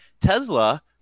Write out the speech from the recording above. Tesla